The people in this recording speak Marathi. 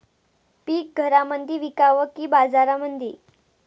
पीक घरामंदी विकावं की बाजारामंदी?